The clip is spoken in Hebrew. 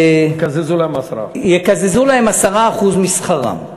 יקזזו להם 10%. יקזזו להם 10% משכרם,